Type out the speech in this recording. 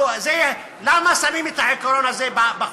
למה שמים את העיקרון הזה בחוקות?